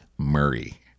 Murray